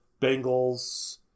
Bengals